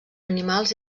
animals